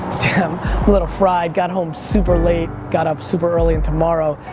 um ah little fried got home super late, got up super early, and tomorrow,